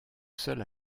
seul